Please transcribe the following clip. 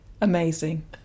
amazing